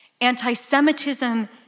Anti-Semitism